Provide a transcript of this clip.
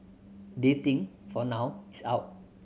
dating for now is out